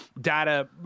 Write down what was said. data